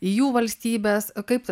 į jų valstybes kaip